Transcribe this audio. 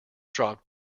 dropped